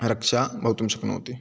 रक्षा भवितुं शक्नोति